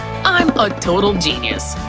i'm a total genius.